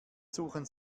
suchen